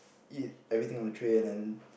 eat everything on the tray and then